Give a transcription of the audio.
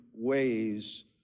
ways